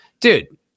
Dude